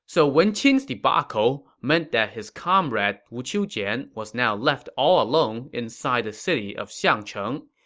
so wen qin's debacle meant that his comrade wu qiujian was now left all alone inside the city of xiangcheng.